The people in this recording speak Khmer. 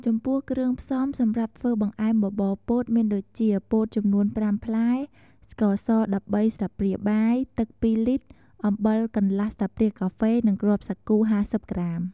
ចំពោះគ្រឿងផ្សំសម្រាប់ធ្វើបង្អែមបបរពោតមានដូចជា ពោតចំនួន ៥ផ្លែ ស្ករស១៣ស្លាបព្រាបាយ ទឹក២លីត្រ អំបិលកន្លះស្លាបព្រាកាហ្វេ និងគ្រាប់សាគូ៥០ក្រាម។